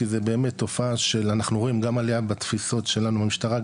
כי זה באמת תופעה של אנחנו רואים גם עלייה בתפיסות שלנו במשטרה,